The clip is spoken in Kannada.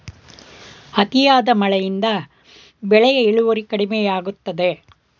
ಅತಿಯಾದ ಮಳೆಯಿಂದ ಬೆಳೆಯ ಇಳುವರಿ ಕಡಿಮೆಯಾಗುತ್ತದೆ